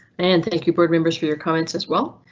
and thank you board members for your comments as well.